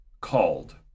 called